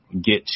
get